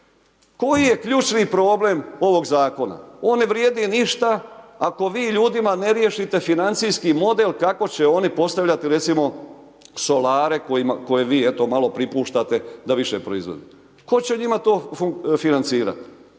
Koji je ključni problem ovog zakona, on ne vrijedi ništa ako vi ljudima ne riješite financijski model, kako će oni postavljati recimo solarne koje vi malo pripuštate da više proizvodite. Tko će to njima financirati?